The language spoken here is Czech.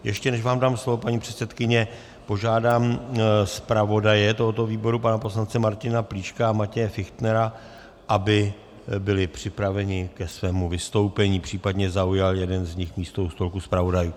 Ještě než vám dám slovo, paní předsedkyně, požádám zpravodaje tohoto výboru pana poslance Martina Plíška a Matěje Fichtnera, aby byli připraveni ke svému vystoupení, případně zaujal jeden z nich místo u stolku zpravodajů.